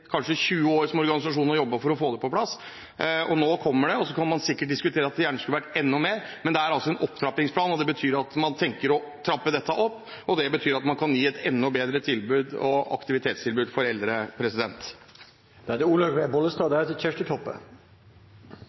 kanskje 20 år har jobbet for å få det til. Nå kommer den. Så kan man sikkert si at det gjerne skulle vært enda mer, men det er altså en opptrappingsplan. Det betyr at man tenker å trappe dette opp, og det betyr at man kan gi enda bedre tilbud og aktivitetstilbud for eldre.